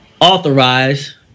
authorize